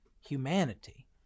humanity